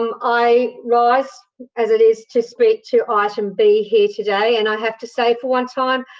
um i rise as it is to speak to item b here today and i have to say, for one time,